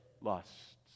lusts